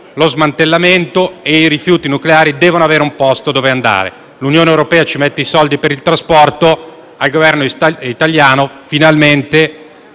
lo smantellamento e i rifiuti nucleari devono avere un posto dove andare. L'Unione europea ci mette i soldi per il trasporto; al Governo italiano finalmente